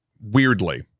weirdly